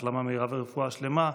החלמה מהירה ורפואה שלמה.